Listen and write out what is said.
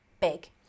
big